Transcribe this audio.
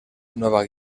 nueva